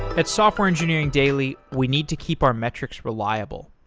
at software engineering daily, we need to keep our metrics reliable.